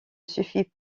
suffit